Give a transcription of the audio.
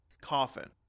coffin